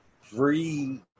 free